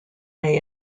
may